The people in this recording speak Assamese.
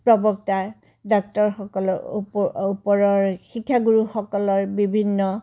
প্ৰবক্তাৰ ডাক্টৰসকলৰ ওপ ওপৰৰ শিক্ষাগুৰুসকলৰ বিভিন্ন